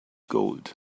gold